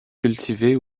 cultivée